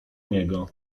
niego